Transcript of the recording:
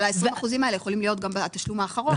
אבל ה-20% האלה יכולים להיות גם בתשלום האחרון.